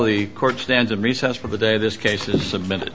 the court stands in recess for the day this case is submitted